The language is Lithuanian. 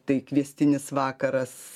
tai kviestinis vakaras